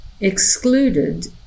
excluded